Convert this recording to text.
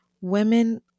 women